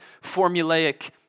formulaic